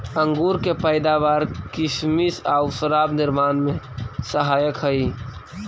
अंगूर के पैदावार किसमिस आउ शराब निर्माण में सहायक हइ